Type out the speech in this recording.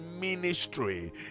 ministry